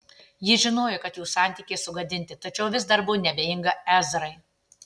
ji žinojo kad jų santykiai sugadinti tačiau vis dar buvo neabejinga ezrai